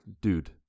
dude